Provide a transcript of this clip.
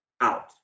out